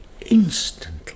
instantly